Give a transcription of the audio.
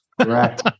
Correct